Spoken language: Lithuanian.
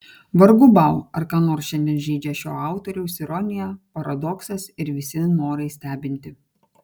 vargu bau ar ką nors šiandien žeidžia šio autoriaus ironija paradoksas ir visi norai stebinti